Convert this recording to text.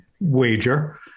wager